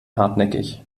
hartnäckig